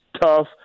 tough